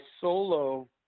solo